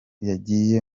yagiye